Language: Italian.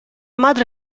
madre